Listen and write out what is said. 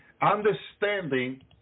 understanding